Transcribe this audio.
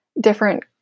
different